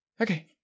okay